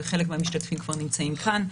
וחלק מהמשתתפים כבר נמצאים כאן,